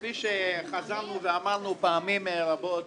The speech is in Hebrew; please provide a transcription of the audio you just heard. כפי שחזרנו ואמרנו פעמים רבות